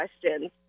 questions